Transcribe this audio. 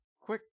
quick